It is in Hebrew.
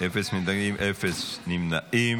אפס מתנגדים, אפס נמנעים.